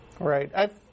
Right